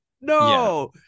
No